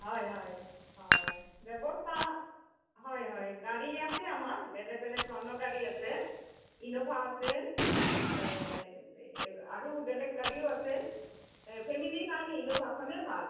হয় হয় হয় ব্যৱস্থা হয় হয় গাড়ী আছে আমাৰ বেলেগ বেলেগ ধৰণৰ গাড়ী আছে ইন'ভা আছে আৰু বেলেগ গাড়ীও আছে ফেমিলিৰ কাৰণে ইন'ভাখনে ভাল